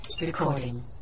Recording